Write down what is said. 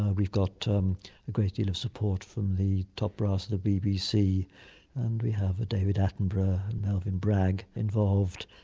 ah we've got um a great deal of support from the top brass at the bbc and we have david attenborough and melvyn bragg involved.